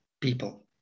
people